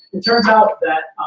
it turns out that.